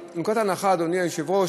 אבל נקודת ההנחה, גברתי היושבת-ראש,